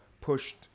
pushed